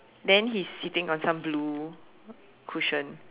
then he's sitting on some blue cushion